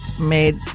made